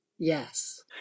yes